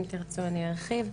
אם תרצו אני ארחיב.